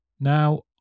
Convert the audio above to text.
Now